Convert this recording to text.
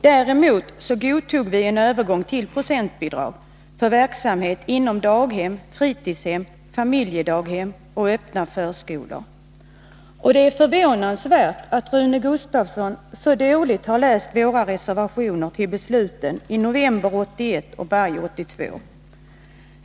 Däremot godtog vi en övergång till procentbidrag för verksamhet inom daghem, fritidshem, familjedaghem och öppna förskolor. Det är förvånansvärt att Rune Gustavsson så dåligt har läst våra reservationer till besluten i november 1981 och maj 1982.